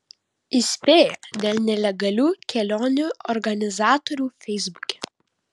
įspėja dėl nelegalių kelionių organizatorių feisbuke